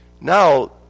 Now